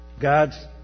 God's